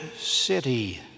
city